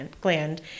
gland